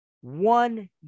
one